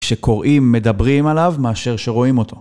שקוראים מדברים עליו מאשר שרואים אותו.